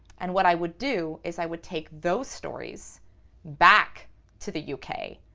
and what i would do is i would take those stories back to the u k,